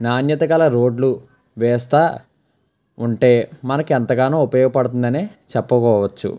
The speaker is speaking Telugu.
నాణ్యత గల రోడ్లు వేస్తూ ఉంటే మనకి ఎంతగానో ఉపయోగపడుతుందనే చెప్పుకోవచ్చు